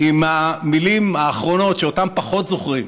עם המילים האחרונות, שאותן פחות זוכרים,